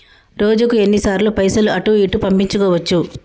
రోజుకు ఎన్ని సార్లు పైసలు అటూ ఇటూ పంపించుకోవచ్చు?